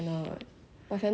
mmhmm